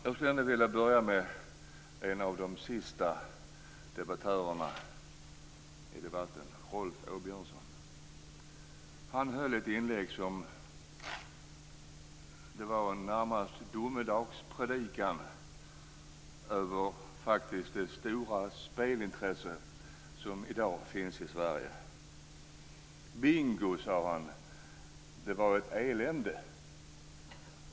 Jag skulle vilja börja med en av de sista debattörerna i debatten, Rolf Åbjörnsson. Han gjorde ett inlägg som jag närmast vill likna vid en domedagspredikan över det stora spelintresse som i dag finns i Sverige. Bingo, sade han, var ett elände.